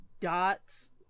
dots